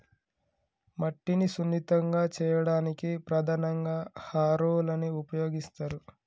మట్టిని సున్నితంగా చేయడానికి ప్రధానంగా హారోలని ఉపయోగిస్తరు